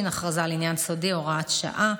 (הכרזה על עניין סודי) (הוראת שעה),